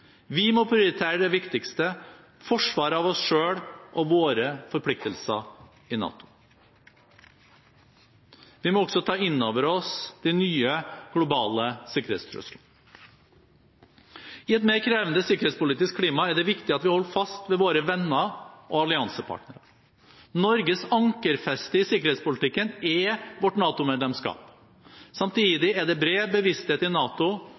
Vi må prioritere det viktigste; forsvaret av oss selv og våre forpliktelser i NATO. Vi må også ta inn over oss de nye globale sikkerhetstruslene. I et mer krevende sikkerhetspolitisk klima er det viktig at vi holder fast ved våre venner og alliansepartnere. Norges ankerfeste i sikkerhetspolitikken er vårt NATO-medlemskap. Samtidig er det bred bevissthet i NATO